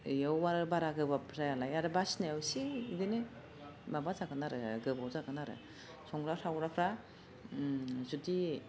बेयावबा आरो बारा गोबाब जायालाय आरो बासिनायाव एसे बिदिनो माबा जागोन आरो गोबाव जागोन आरो संग्रा खावग्राफ्रा जुदि